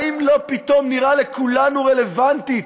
האם פתאום לא נראית לכולנו רלוונטית